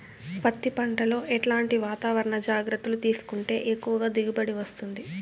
పత్తి పంట లో ఎట్లాంటి వాతావరణ జాగ్రత్తలు తీసుకుంటే ఎక్కువగా దిగుబడి వస్తుంది?